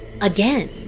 again